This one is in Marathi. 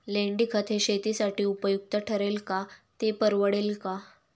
लेंडीखत हे शेतीसाठी उपयुक्त ठरेल का, ते परवडेल का?